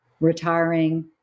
retiring